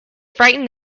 frightened